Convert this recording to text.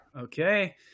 Okay